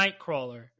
nightcrawler